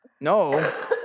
No